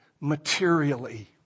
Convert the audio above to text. materially